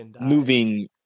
moving